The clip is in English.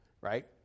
right